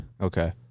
Okay